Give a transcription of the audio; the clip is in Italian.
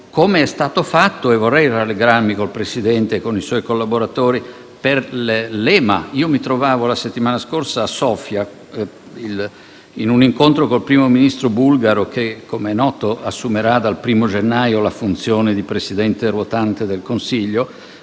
e di ciò vorrei rallegrarmi con il Presidente e con i suoi collaboratori. Mi trovavo la settimana scorsa a Sofia, in un incontro con il Primo Ministro bulgaro, che - com'è noto - assumerà dal 1° gennaio la funzione di Presidente ruotante del Consiglio